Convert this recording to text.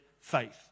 faith